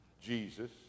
Jesus